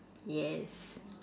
yes